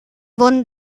wurden